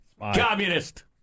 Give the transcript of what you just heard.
Communist